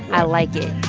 i like it